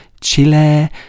chile